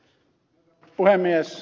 herra puhemies